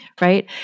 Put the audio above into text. right